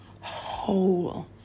whole